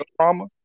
trauma